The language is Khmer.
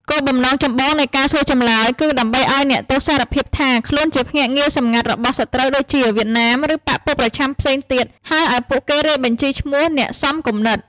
គោលបំណងចម្បងនៃការសួរចម្លើយ គឺដើម្បីឱ្យអ្នកទោសសារភាពថាខ្លួនជាភ្នាក់ងារសម្ងាត់របស់សត្រូវ ដូចជា វៀតណាម ឬបក្សពួកប្រឆាំងផ្សេងទៀត ហើយឱ្យពួកគេរាយបញ្ជីឈ្មោះអ្នកសមគំនិត។